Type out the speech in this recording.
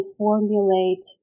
formulate